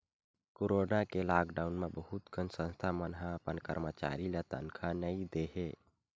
corona के lockdown म बहुत कन संस्था मन अपन करमचारी ल तनखा नइ दे हे